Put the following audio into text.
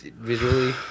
visually